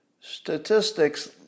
Statistics